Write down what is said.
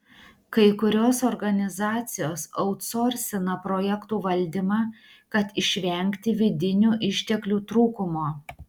kai kurios organizacijos autsorsina projektų valdymą kad išvengti vidinių išteklių trūkumo